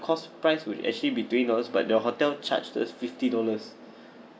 cost price would actually be twenty dollars but the hotel charge us fifty dollars